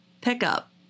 pickup